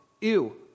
Ew